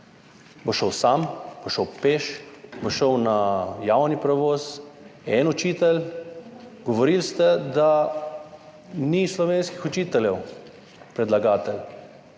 Bo šel sam, bo šel peš, bo šel na javni prevoz. En učitelj – govorili ste, da ni slovenskih učiteljev, predlagatelj,